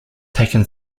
taken